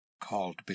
called